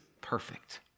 perfect